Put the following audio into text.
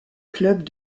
club